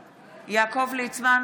ליצמן,